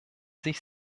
sich